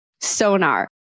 Sonar